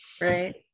right